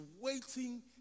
waiting